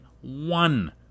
one